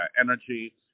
energy